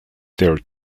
their